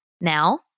Now